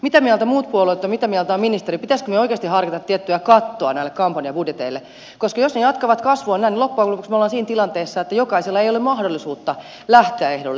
mitä mieltä muut puolueet ovat mitä mieltä on ministeri pitäisikö meidän oikeasti harkita tiettyä kattoa näille kampanjabudjeteille koska jos ne jatkavat kasvuaan näin niin loppujen lopuksi me olemme siinä tilanteessa että jokaisella ei ole mahdollisuutta lähteä ehdolle